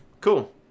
Cool